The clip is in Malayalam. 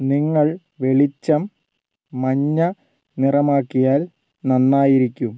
നിങ്ങൾ വെളിച്ചം മഞ്ഞ നിറമാക്കിയാൽ നന്നായിരിക്കും